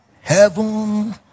Heaven